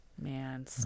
Man